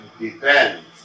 depends